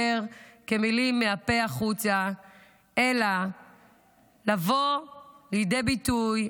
כמילים מן הפה ולחוץ אלא לבוא לידי ביטוי,